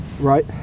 Right